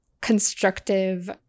constructive